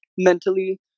mentally